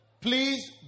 please